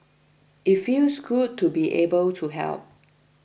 it feels good to be able to help